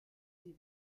die